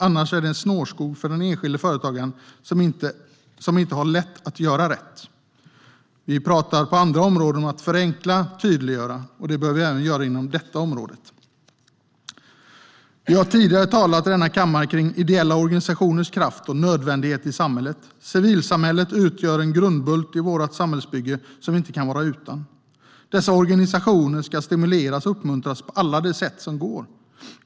Annars är det en snårskog för den enskilde företagaren, som inte har det lätt att göra rätt. Vi pratar på andra områden om att förenkla och tydliggöra. Det bör vi göra även inom detta område. Vi har tidigare i denna kammare talat om ideella organisationers kraft och nödvändighet i samhället. Civilsamhället utgör en grundbult i vårt samhällsbygge som vi inte kan vara utan. Dessa organisationer ska stimuleras och uppmuntras på alla sätt som går.